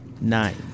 Nine